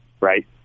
right